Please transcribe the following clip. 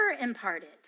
imparted